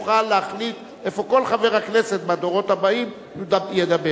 תוכל להחליט איפה כל חבר כנסת בדורות הבאים ידבר.